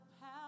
power